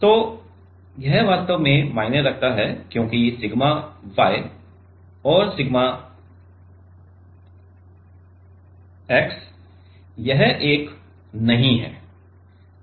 तो यह वास्तव में मायने रखता है क्योंकि सिग्मा y और सिग्मा s x यह एक नहीं है